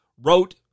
wrote